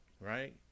right